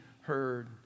heard